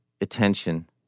attention